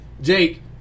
jake